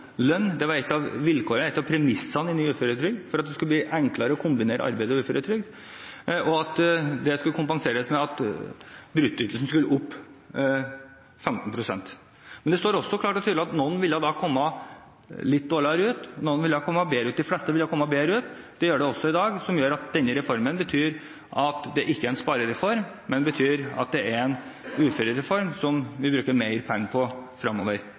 lønn – det var et av premissene i ny uføretrygd, at det skulle bli enklere å kombinere arbeid og uføretrygd – og at det skulle kompenseres med at bruttoinntekten skulle opp 15 pst. Men det står også klart og tydelig at noen da ville komme litt dårligere ut, og noen ville komme bedre ut. Men de fleste ville komme bedre ut, og det gjør det også i dag, noe som betyr at denne reformen ikke er en sparereform, men en uførereform som vi bruker mer penger på